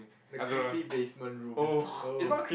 the creepy basement room oh